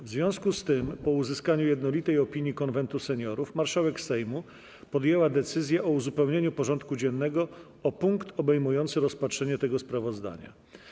W związku z tym, po uzyskaniu jednolitej opinii Konwentu Seniorów, marszałek Sejmu podjęła decyzję o uzupełnieniu porządku dziennego o punkt obejmujący rozpatrzenie tego sprawozdania.